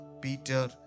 Peter